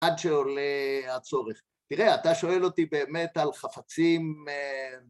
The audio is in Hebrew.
‫עד שעולה הצורך. ‫תראה, אתה שואל אותי באמת ‫על חפצים...